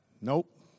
Nope